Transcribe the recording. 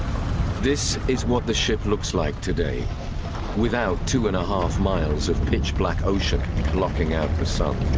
this is what the ship looks like today without two and a half miles of pitch-black ocean blocking out the sun.